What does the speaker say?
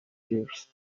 years